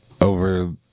over